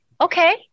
okay